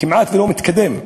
כמעט לא מתקדם.